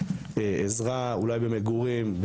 עזרה אולי במגורים,